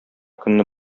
көнне